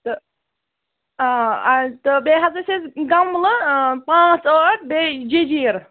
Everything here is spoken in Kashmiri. تہٕ آ اَسہِ دوٚپ تہٕ بیٚیہِ ہسا چھِ اَسہِ گملہٕ پانٛژ ٲٹھ بیٚیہِ جیجیٖر